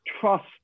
trust